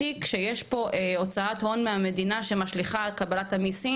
גם האוצר, רשות שוק ההון ביקשנו, בנק ישראל.